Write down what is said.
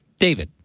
david?